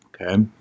okay